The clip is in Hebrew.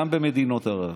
גם במדינות ערב.